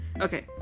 Okay